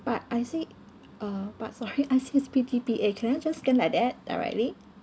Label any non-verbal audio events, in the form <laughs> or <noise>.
but I see uh but sorry <laughs> I see it's P_D_P_A can I just scan like that directly